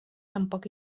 tampoc